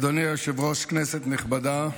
אדוני היושב-ראש, כנסת נכבדה,